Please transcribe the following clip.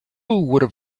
would